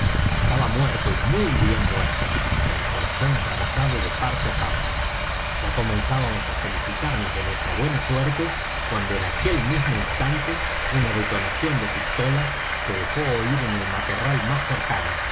estaba muerto y muy bien muerto con el corazón atravesado de parte á parte ya comenzábamos á felicitarnos de nuestra buena suerte cuando en aquel mismo instante una detonación de pistola se dejó oir en el matorral más cercano